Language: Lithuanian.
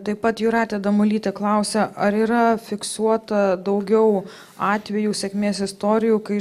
taip pat jūratė damulytė klausia ar yra fiksuota daugiau atvejų sėkmės istorijų kai